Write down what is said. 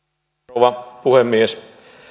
rouva puhemies